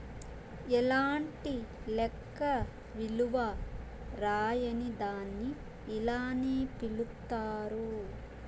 ఎలాంటి లెక్క విలువ రాయని దాన్ని ఇలానే పిలుత్తారు